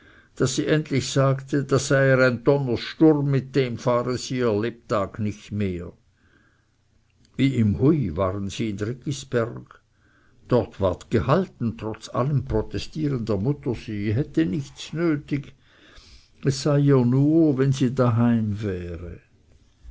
daß sie endlich sagte das sei ihr ein donners sturm mit dem fahre sie ihr lebtag nicht mehr wie im hui waren sie in riggisberg dort ward gehalten trotz allem protestieren der mutter sie hätte nichts nötig es sei ihr nur wenn sie da heim wäre